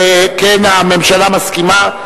שכן הממשלה מסכימה.